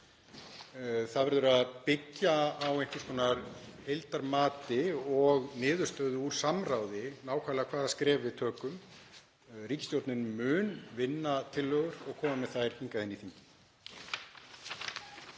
Það verður að byggja á einhvers konar heildarmati og niðurstöðu úr samráði nákvæmlega hvaða skref við tökum. Ríkisstjórnin mun vinna tillögur og koma með þær hingað inn í þingið.